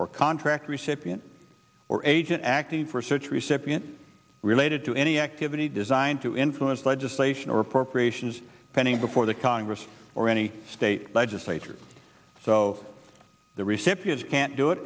or contract recipient or agent acting for such reception related to any activity designed to influence legislation or appropriation is pending before the congress or any state legislature so the recipients can't do it